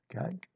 Okay